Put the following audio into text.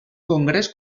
congrés